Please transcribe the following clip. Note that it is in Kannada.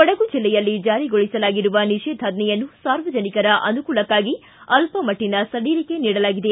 ಕೊಡಗು ಜಲ್ಲೆಯಲ್ಲಿ ಜಾರಿಗೊಳಸಲಾಗಿರುವ ನಿಷೇಧಾಜ್ವೆಯನ್ನು ಸಾರ್ವಜನಿಕರ ಅನುಕೂಲಕ್ಕಾಗಿ ಅಲ್ಪಮಟ್ಟನ ಸಡಿಲಿಕೆ ನೀಡಲಾಗಿದೆ